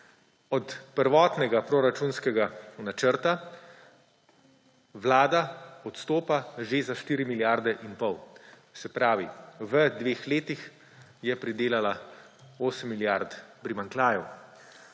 Od prvotnega proračunskega načrta Vlada odstopa že za 4 milijarde in pol. Se pravi v dveh letih je pridelala 8 milijard primanjkljajev.